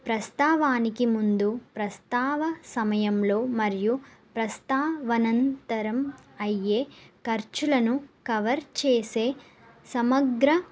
ప్రసవానికి ముందు ప్రసవ సమయంలో మరియు ప్రసవం అనంతరం అయ్యే ఖర్చులను కవర్ చేసే సమగ్ర